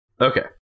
Okay